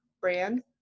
brand